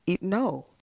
No